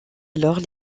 alors